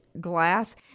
glass